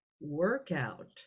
Workout